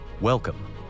Welcome